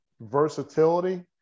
versatility